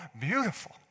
beautiful